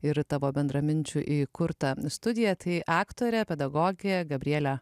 ir į tavo bendraminčių įkurta studija tai aktorė pedagogė gabrielė